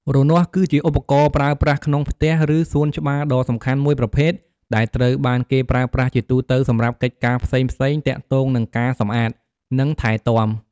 រនាស់ គឺជាឧបករណ៍ប្រើប្រាស់ក្នុងផ្ទះ ឬសួនច្បារដ៏សំខាន់មួយប្រភេទ ដែលត្រូវបានគេប្រើប្រាស់ជាទូទៅសម្រាប់កិច្ចការផ្សេងៗទាក់ទងនឹងការសម្អាត និងថែទាំ។